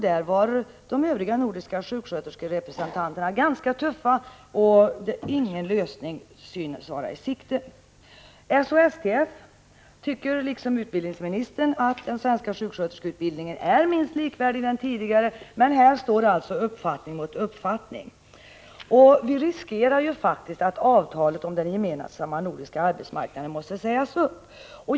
Där var de övriga nordiska sjuksköterskornas representanter ganska tuffa, och ingen lösning synes vara i sikte. SHSTF tycker liksom utbildningsministern att den svenska sjuksköterskeutbildningen är minst likvärdig med den tidigare utbildningen. Men här står alltså uppfattning mot uppfattning. Vi riskerar faktiskt att hamna i den situationen att avtalet om den gemensamma nordiska arbetsmarknaden måste sägas upp.